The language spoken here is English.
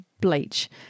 bleach